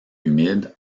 humide